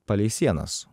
palei sienas